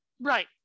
Right